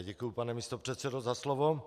Děkuji, pane místopředsedo, za slovo.